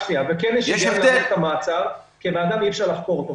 כן יש היגיון להאריך את המעצר כי אי אפשר לחקור את הבן אדם.